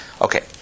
Okay